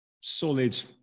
solid